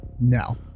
No